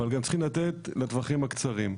אבל גם צריכים לתת לטווחים הקצרים.